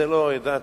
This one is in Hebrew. את זה לא ידעתי.